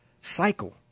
cycle